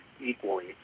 Equally